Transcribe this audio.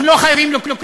אנחנו לא חייבים לו כלום,